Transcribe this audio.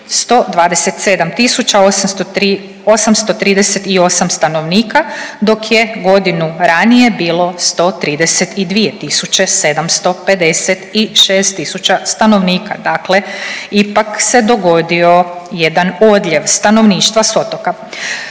838 stanovnika dok je godinu ranije bilo 132 tisuće 756 tisuća stanovnika, dakle ipak se dogodio jedan odljev stanovništva s otoka.